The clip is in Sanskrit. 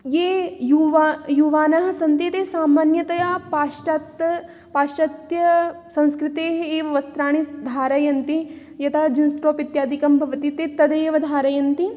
ये युवा युवानः सन्ति ते सामान्यतया पाश्चात्त् पाश्चात्य संस्कृतेः एव वस्त्राणि धारयन्ति यता जीन्स् टाप् इत्यादिकं भवति ते तदैव धारयन्ति